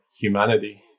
humanity